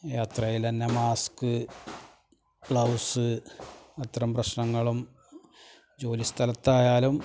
യാത്രയിൽ തന്നെ mask gloves അത്രയും പ്രശ്നങ്ങളും ജോലി സ്ഥലത്തായാലും